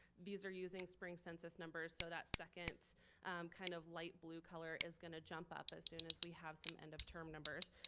these are using spring census number, so that second kind of light blue color is gonna jump up as soon as we have some end of term numbers.